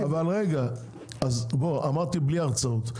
רגע, אמרתי בלי הרצאות.